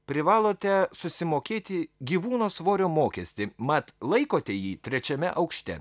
privalote susimokėti gyvūno svorio mokestį mat laikote jį trečiame aukšte